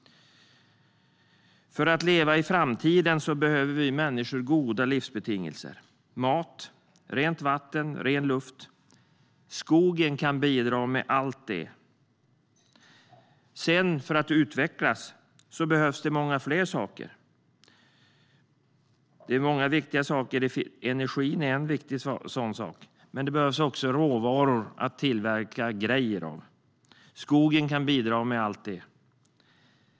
För att leva i framtiden behöver vi människor goda livsbetingelser såsom mat, rent vatten och ren luft. Skogen kan bidra med allt det. För att utvecklas behövs det många fler saker. Energi är en sådan, men det behövs också råvaror att tillverka grejer av. Skogen kan bidra med allt det.